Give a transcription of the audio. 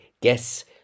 Guess